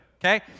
okay